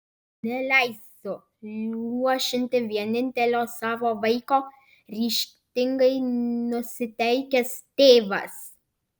neleisiu luošinti vienintelio savo vaiko ryžtingai nusiteikęs tėvas